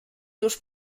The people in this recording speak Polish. już